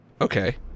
Okay